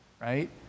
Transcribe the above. right